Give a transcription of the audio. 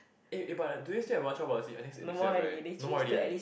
eh but do they still have one child policy I think they still have right no more already right